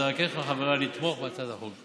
אז אבקש מחבריי לתמוך בהצעת החוק.